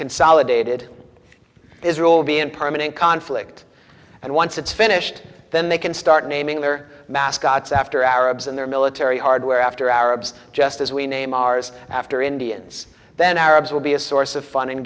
consolidated israel will be in permanent conflict and once it's finished then they can start naming their mascots after arabs and their military hardware after arabs just as we name ours after indians then arabs will be a source of fun and